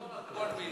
אני אחזור על כל מלה.